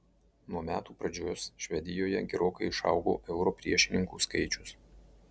nuo metų pradžios švedijoje gerokai išaugo euro priešininkų skaičius